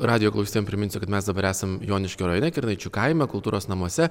radijo klausytojam priminsiu kad mes dabar esam joniškio rajone kirnaičių kaime kultūros namuose